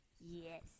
Yes